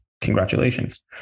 Congratulations